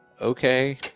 okay